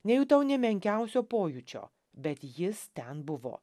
nejutau nė menkiausio pojūčio bet jis ten buvo